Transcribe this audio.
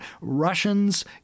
Russians